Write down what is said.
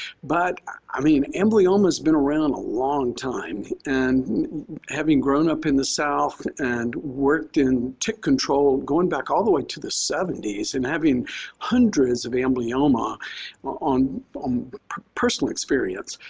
but i mean, amblyomma has been around a long time and having grown up in the south and worked in tick control, going back all the way to the seventy s and having hundreds of amblyomma on um personal experience.